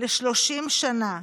ל-30 שנה,